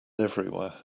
everywhere